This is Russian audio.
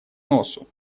носу